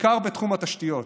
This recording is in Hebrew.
בעיקר בתחום התשתיות.